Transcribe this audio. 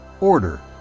Order